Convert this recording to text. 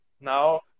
Now